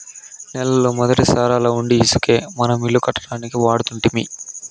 నేలల మొదటి సారాలవుండీ ఇసకే మనం ఇల్లు కట్టడానికి వాడుతుంటిమి